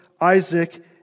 Isaac